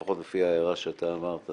לפחות לפי ההערה שאתה אמרת,